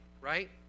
right